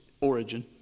origin